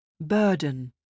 Burden